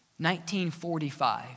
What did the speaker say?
1945